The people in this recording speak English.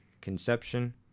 conception